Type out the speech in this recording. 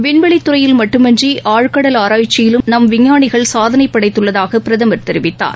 விண்வெளி துறையில் மட்டுமின்றி ஆழ்கடல் ஆராய்ச்சியிலும் நம் விஞ்ஞானிகள் சாதனை படைத்துள்ளதாக பிரதமர் தெரிவித்தார்